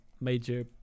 major